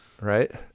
Right